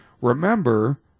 Remember